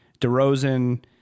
DeRozan